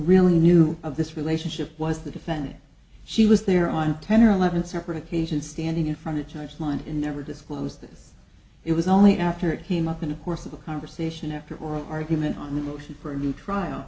really knew of this relationship was the defendant she was there on ten or eleven separate occasions standing in front of judge mind in never disclosed this it was only after it came up in the course of the conversation after oral argument on the motion for a new trial